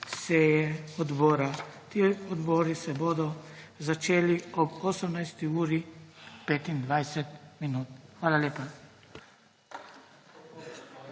seje odbora. Ti odbori se bodo začeli ob 18. uri 25 minut. Hvala lepa.